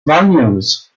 values